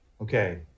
okay